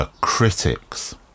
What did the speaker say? critics